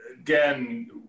again